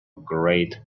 great